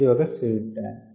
ఇది ఒక stirred tank